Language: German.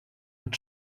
mit